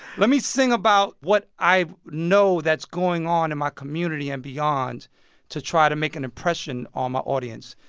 let me sing about what i know that's going on in my community and beyond to try to make an impression on my audience.